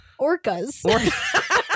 Orcas